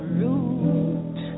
root